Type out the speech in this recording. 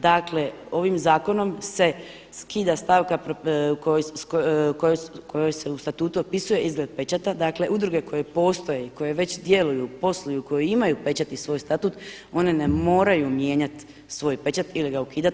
Dakle, ovim zakonom se skida stavka kojoj se u statutu opisuje izgled pečata, dakle udruge koje postoje koje već djeluju, posluju koje imaju pečat i svoj statut one ne moraju mijenjati svoj pečat ili ga ukidat.